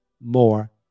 more